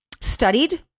studied